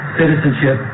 citizenship